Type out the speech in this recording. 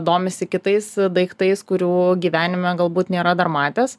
domisi kitais daiktais kurių gyvenime galbūt nėra dar matęs